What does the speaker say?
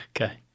Okay